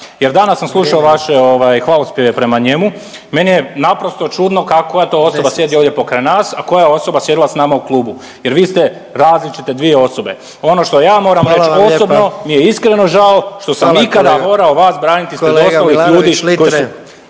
jer danas sam slušao vaše hvalospjeve prema njemu. Meni je naprosto čudno kakva to osoba sjedio ovdje pokraj nas, a koja je osoba sjedila s nama u klubu jer vi ste različite dvije osobe. Ono što ja moram reći osobno …/Upadica predsjednik: Hvala vam lijepa./… mi je